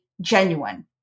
genuine